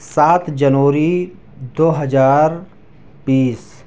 سات جنوری دو ہزار بیس